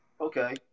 Okay